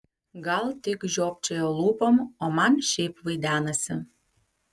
gal tik žiopčioja lūpom o man šiaip vaidenasi